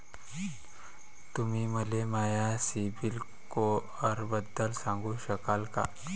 तुम्ही मले माया सीबील स्कोअरबद्दल सांगू शकाल का?